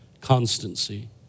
constancy